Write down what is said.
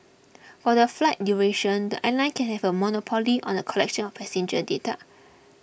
for the flight duration the airline can have a monopoly on the collection of passenger data